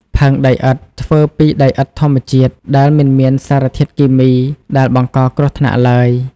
ផើងដីឥដ្ឋធ្វើពីដីឥដ្ឋធម្មជាតិ ដែលមិនមានសារធាតុគីមីដែលបង្កគ្រោះថ្នាក់ឡើយ។